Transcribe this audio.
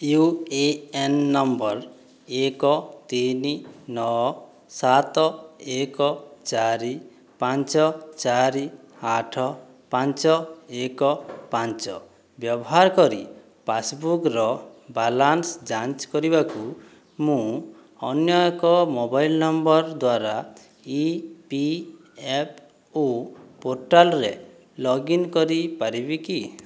you A N number ଏକ ତିନି ନଅ ସାତ ଏକ ଚାରି ପାଞ୍ଚ ଚାରି ଆଠ ପାଞ୍ଚ ଏକ ପାଞ୍ଚ ବ୍ୟବହାର କରି ପାସ୍ବୁକ୍ର ବାଲାନ୍ସ ଯାଞ୍ଚ କରିବାକୁ ମୁଁ ଅନ୍ୟ ଏକ ମୋବାଇଲ ନମ୍ବର ଦ୍ଵାରା ଇ ପି ଏଫ୍ ଓ ପୋର୍ଟାଲ୍ରେ ଲଗ୍ଇନ୍ କରିପାରିବି କି